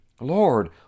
Lord